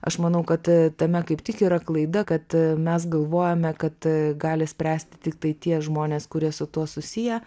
aš manau kad tame kaip tik yra klaida kad mes galvojame kad gali spręsti tiktai tie žmonės kurie su tuo susiję